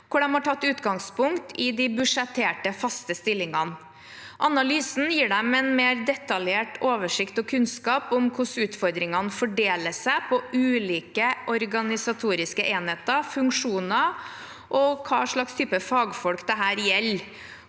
hvor de har tatt utgangspunkt i de budsjetterte faste stillingene. Analysen gir dem en mer detaljert oversikt og kunnskap om hvordan utfordringene fordeler seg på ulike organisatoriske enheter, funksjoner og hva slags type fagfolk dette gjelder,